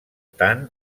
tant